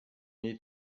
need